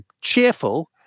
cheerful